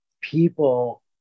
people